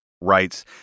writes